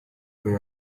way